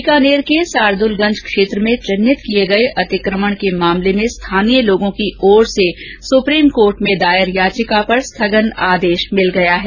बीकानेर के सार्दलगंज क्षेत्र में चिन्हित किये गये अतिक्रमण के मामले में स्थानीय लोगों की ओर से सुप्रीम कोर्ट में दायर याचिका पर स्थगन आदेश मिल गया है